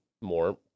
more